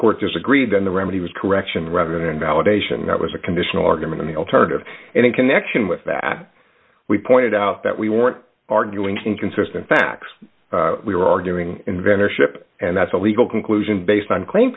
court disagreed then the remedy was correction rather than validation that was a conditional argument in the alternative and in connection with that we pointed out that we weren't arguing inconsistent facts we were arguing inventor ship and that's a legal conclusion based on claim